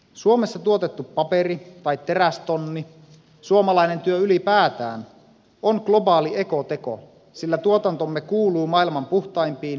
suomessa tuotettu paperi tai terästonni suomalainen työ ylipäätään on globaali ekoteko sillä tuotantomme kuuluu maailman puhtaimpiin ja resurssitehokkaimpiin